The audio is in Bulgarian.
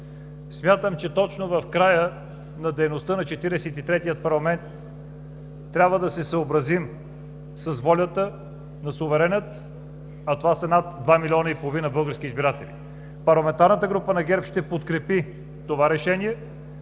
смятам, че точно в края на дейността на 43-тия парламент трябва да се съобразим с волята на суверена, а това са над 2,5 млн. български избиратели. Парламентарната група на ГЕРБ ще подкрепи това решение